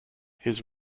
his